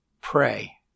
Pray